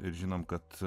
ir žinome kad